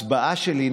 התש"ף 2020,